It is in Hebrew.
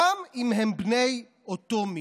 גם אם הם בני אותו מין.